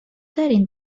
دارین